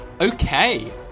Okay